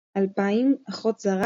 2000 – אחות זרה,